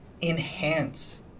enhance